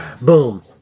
Boom